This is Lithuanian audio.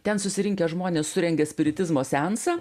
ten susirinkę žmonės surengė spiritizmo seansą